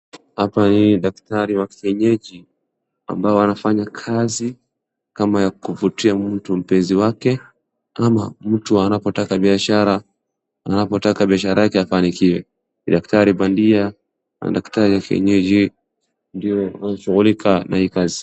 Hapa hii ni daktari wa kienyeji ambao wanafanya kazi kma ya kuvutia mtu mpenzi wake ama mtu anapotaka biashara yake ifanikiwe. Daktari bandia na daktari vienyeji wanashughulika na hii kazi.